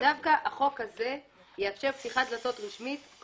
דווקא החוק הזה יאפשר פתיחת דלתות רשמית,